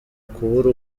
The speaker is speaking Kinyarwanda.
kubura